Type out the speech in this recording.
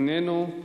איננו,